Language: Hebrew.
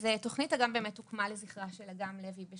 אז "תוכנית אגם" הוקמה באמת לזכרה של אגם לוי ז"ל,